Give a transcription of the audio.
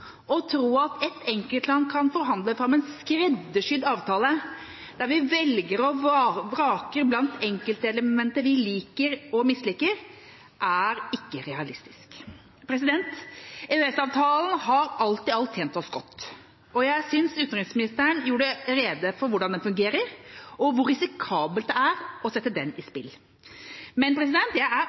Å tro at et enkelt land kan forhandle fram en skreddersydd avtale, der vi velger og vraker blant enkeltelementer vi liker og misliker, er ikke realistisk. EØS-avtalen har alt i alt tjent oss godt, og jeg synes utenriksministeren gjorde rede for hvordan den fungerer og hvor risikabelt det er å sette den på spill. Men jeg er